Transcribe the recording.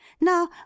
Now